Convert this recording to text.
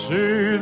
See